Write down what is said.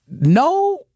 No